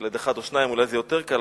כשילד אחד או שניים אולי זה יותר קל,